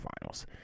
Finals